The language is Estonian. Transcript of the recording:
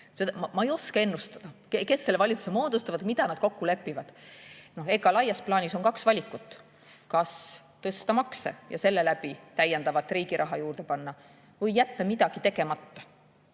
ma ei oska ennustada, [ma ei tea,] kes selle valitsuse moodustavad ja mida nad kokku lepivad. Laias plaanis on kaks valikut: kas tõsta makse ja nii täiendavat riigi raha juurde panna või jätta midagi tegemata.